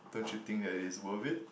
don't you think that it is worth it